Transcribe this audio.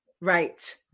Right